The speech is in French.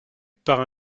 par